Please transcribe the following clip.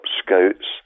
scouts